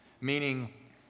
meaning